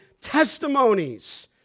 testimonies